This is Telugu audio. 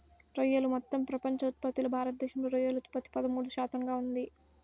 రొయ్యలు మొత్తం ప్రపంచ ఉత్పత్తిలో భారతదేశంలో రొయ్యల ఉత్పత్తి పదమూడు శాతంగా ఉంది